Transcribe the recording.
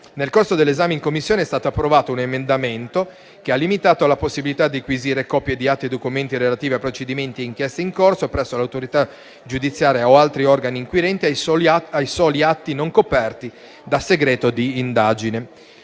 Nel corso dell'esame in Commissione è stato approvato un emendamento che ha limitato la possibilità di acquisire copie di atti e documenti relativi a procedimenti e inchieste in corso presso l'autorità giudiziaria o altri organi inquirenti ai soli atti non coperti da segreto di indagine.